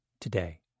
today